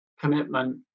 commitment